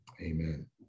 Amen